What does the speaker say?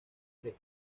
tres